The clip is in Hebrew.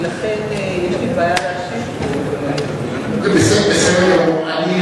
ולכן יש לי בעיה להשיב פה, בסדר גמור.